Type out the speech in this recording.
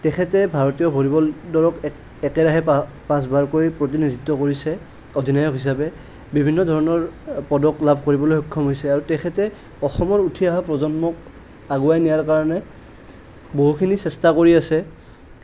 তেখেতে ভাৰতীয় ভলীবল দলক একেৰাহে পা পাঁচবাৰকৈ প্ৰতিনিধিত্ব কৰিছে অধিনায়ক হিচাপে বিভিন্ন ধৰণৰ পদক লাভ কৰিবলৈ সক্ষম হৈছে আৰু তেখেতে অসমৰ উঠি অহা প্ৰজন্মক আগবঢ়াই নিয়াৰ কাৰণে বহুখিনি চেষ্টা কৰি আছে